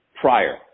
prior